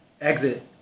exit